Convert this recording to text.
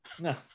No